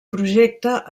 projecte